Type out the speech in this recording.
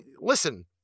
listen